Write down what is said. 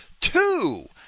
two